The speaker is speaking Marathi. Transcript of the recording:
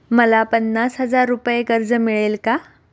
मला पन्नास हजार रुपये कर्ज मिळेल का?